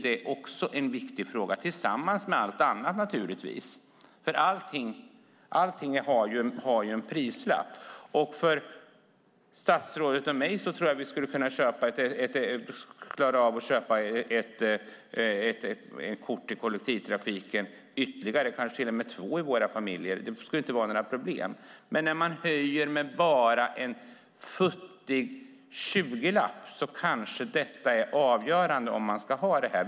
Det är en viktig fråga tillsammans med allt annat. Allt har en prislapp. Statsrådet och jag skulle nog klara av att köpa ytterligare ett kort, kanske till och med två, i kollektivtrafiken. Men en höjning med en ynka tjugolapp kan för en del vara avgörande för om de har råd.